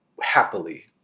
happily